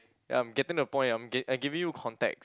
ya I'm getting to the point I'm ge~ I'm giving you context